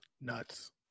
nuts